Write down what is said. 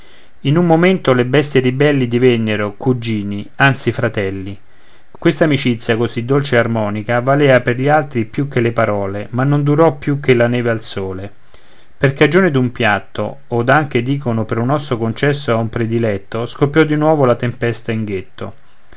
in un momento le bestie ribelli divennero cugini anzi fratelli quest'amicizia così dolce e armonica valea per gli altri più che le parole ma non durò più che la neve al sole per cagione d'un piatto od anche dicono per un osso concesso a un prediletto scoppiò di nuovo la tempesta in ghetto